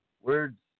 Words